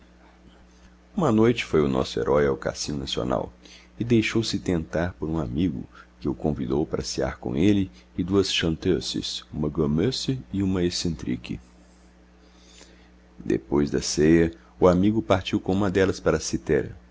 uma noite foi o nosso herói ao cassino nacional e deixou-se tentar por um amigo que o convidou para cear com ele e duas chanteuses uma gommeuse e outra excentrique depois da ceia o amigo partiu com uma delas para citera